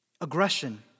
Aggression